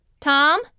Tom